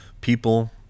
people